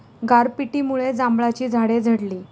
गारपिटीमुळे जांभळाची झाडे झडली